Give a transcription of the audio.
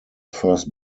first